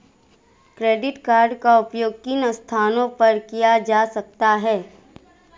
Credit card का उपयोग किन स्थानों पर किया जा सकता है?